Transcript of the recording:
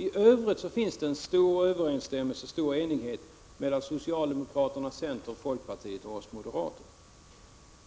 I övrigt finns det stor överensstämmelse och stor enighet mellan socialdemokraterna, centern, folkpartiet och oss moderater.